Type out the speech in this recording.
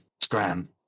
Scram